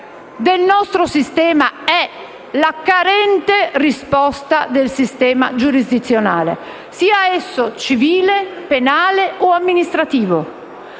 del nostro sistema è la carente risposta del sistema giurisdizionale, sia esso civile che penale o amministrativo,